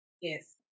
Yes